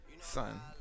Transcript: Son